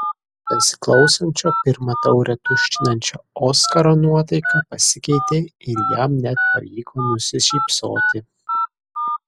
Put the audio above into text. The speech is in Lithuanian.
besiklausančio pirmą taurę tuštinančio oskaro nuotaika pasikeitė ir jam net pavyko nusišypsoti